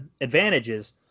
advantages